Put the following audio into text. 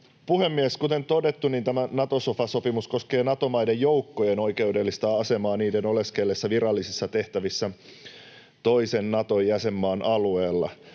puhemies! Kuten todettu, tämä Nato-sofa-sopimus koskee Nato-maiden joukkojen oikeudellista asemaa niiden oleskellessa virallisissa tehtävissä toisen Naton jäsenmaan alueella,